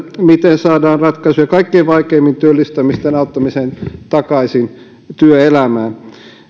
miten saadaan ratkaisuja kaikkein vaikeimmin työllistyvien auttamiseksi takaisin työelämään